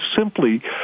simply